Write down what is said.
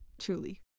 truly